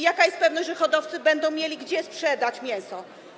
Jaka jest pewność, że hodowcy będą mieli gdzie sprzedać mięso?